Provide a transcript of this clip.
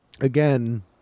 again